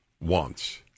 wants